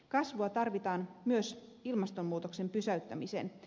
kasvua tarvitaan myös ilmastonmuutoksen pysäyttämiseen